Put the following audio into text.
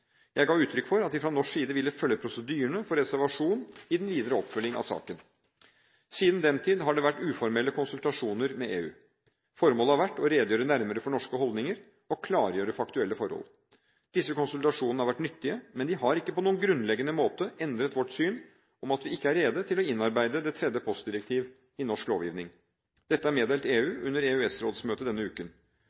Jeg ga uttrykk for at vi fra norsk side ville følge prosedyrene for reservasjon i den videre oppfølgingen av saken. Siden den tid har det vært uformelle konsultasjoner med EU. Formålet har vært å redegjøre nærmere for norske holdninger og klargjøre faktuelle forhold. Disse konsultasjonene har vært nyttige, men de har ikke på noen grunnleggende måte endret vårt syn om at vi ikke er rede til å innarbeide det tredje postdirektivet i norsk lovgivningen. Dette er meddelt EU under EØS-rådsmøtet denne uken.